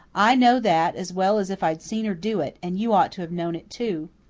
i know that as well as if i'd seen her do it, and you ought to have known it, too.